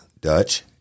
Dutch